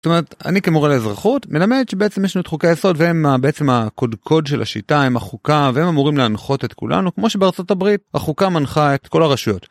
זאת אומרת אני כמורה לאזרחות מלמד שבעצם יש לנו את חוקי היסוד והם בעצם הקודקוד של השיטה הם החוקה והם אמורים להנחות את כולנו כמו שבארצות הברית החוקה מנחה את כל הרשויות.